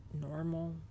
normal